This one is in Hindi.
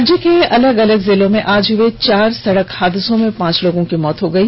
राज्य के अलग अलग जिलों में आज हए चार सड़क हादसों में पांच लोगों की मौत हो गयी